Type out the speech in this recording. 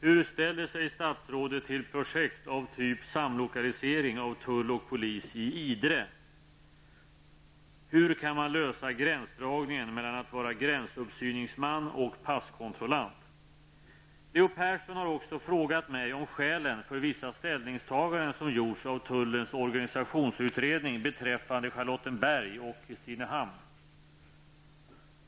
Hur ställer sig statsrådet till projekt av typ samlokalisering av tull och polis i Idre? 3. Hur kan man lösa gränsdragningen mellan att vara gränsuppsyningsman och passkontrollant? Leo Persson har också frågat mig om skälen för vissa ställningstaganden som gjorts av tullens organisationsutredning beträffande Charlottenberg och Kristinehamn.